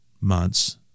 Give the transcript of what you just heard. months